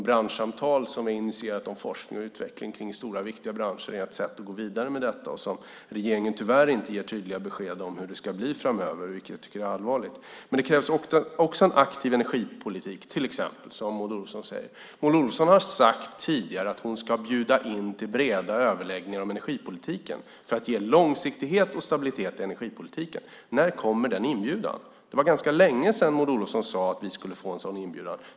Branschsamtalen om forskning och utveckling i stora viktiga branscher är ett sätt att gå vidare med detta, som regeringen tyvärr inte ger tydliga besked om hur det ska bli med framöver, vilket jag tycker är allvarligt. Men det krävs också till exempel en aktiv energipolitik, som Maud Olofsson säger. Maud Olofsson har tidigare sagt att hon ska bjuda in till breda överläggningar om energipolitiken för att ge långsiktighet och stabilitet i energipolitiken. När kommer den inbjudan? Det var ganska länge sedan Maud Olofsson sade att vi skulle få en sådan inbjudan.